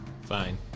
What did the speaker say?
Fine